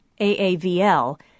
aavl